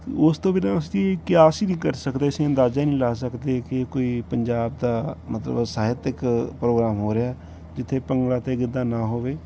ਉਸ ਤੋਂ ਬਿਨਾਂ ਅਸੀਂ ਕਿਆ ਸ ਹੀ ਨਹੀਂ ਕਰ ਸਕਦੇ ਅਸੀਂ ਅੰਦਾਜ਼ਾ ਨਹੀਂ ਲਾ ਸਕਦੇ ਕਿ ਕੋਈ ਪੰਜਾਬ ਦਾ ਮਤਲਬ ਸਾਹਿਤਕ ਪ੍ਰੋਗਰਾਮ ਹੋ ਰਿਹਾ ਜਿੱਥੇ ਭੰਗੜਾ ਅਤੇ ਗਿੱਧਾ ਨਾ ਹੋਵੇ